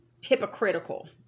hypocritical